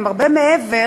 הם הרבה מעבר